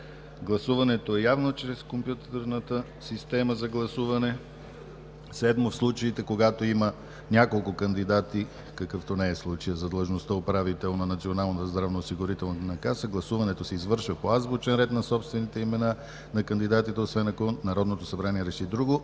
Гласуването е явно – чрез компютърната система за гласуване. 7. В случаите, когато има няколко кандидати – какъвто не е случаят за длъжността „управител“ на Националната здравноосигурителна каса, гласуването се извършва по азбучен ред на собствените имена на кандидатите, освен ако Народното събрание реши друго.